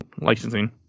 licensing